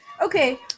Okay